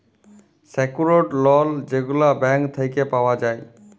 secured loan যেগলা bank থ্যাইকে পাউয়া যায়